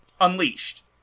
Unleashed